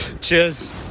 Cheers